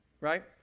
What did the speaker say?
right